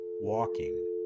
walking